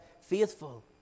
faithful